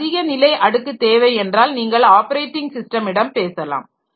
சற்று அதிக நிலை அடுக்கு தேவை என்றால் நீங்கள் ஆப்பரேட்டிங் ஸிஸ்டமிடம் பேசலாம்